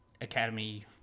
Academy